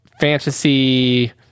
fantasy